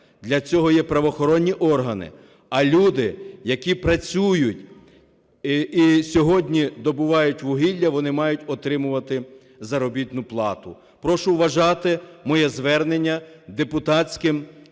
Для цього є правоохоронні органи. А люди, які працюють і сьогодні добувають вугілля, вони мають отримувати заробітну плату. Прошу вважати моє звернення депутатським зверненням